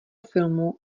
filmu